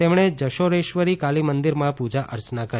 તેમણે જશોરેશ્વરી કાલી મંદિરમાં પૂજા અર્ચના કરી